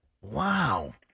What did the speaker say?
Wow